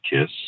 kiss